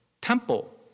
temple